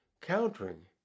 countering